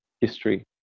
history